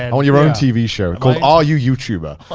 and want your own tv show called are you youtuber.